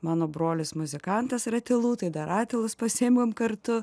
mano brolis muzikantas ratilų tai dar ratilus pasiimam kartu